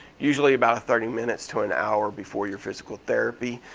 usually about thirty minutes to an hour before your physical therapy.